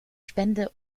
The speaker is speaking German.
spende